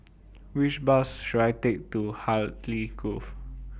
Which Bus should I Take to Hartley Grove